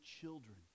children